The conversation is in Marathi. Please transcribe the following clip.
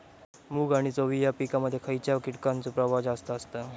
मूग आणि चवळी या पिकांमध्ये खैयच्या कीटकांचो प्रभाव जास्त असता?